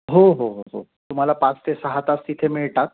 हो हो हो हो तुम्हाला पाच ते सहा तास तिथे मिळतात